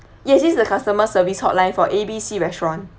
yes this is the customer service hotline for A B C restaurant